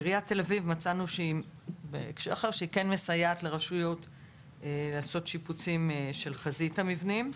מצאנו שעיריית תל אביב כן מסייעת לעשות שיפוצים של חזית המבנים.